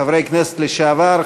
חברי כנסת לשעבר,